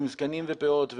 עם זקנים ופאות,